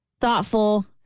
thoughtful